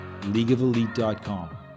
leagueofelite.com